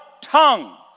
tongue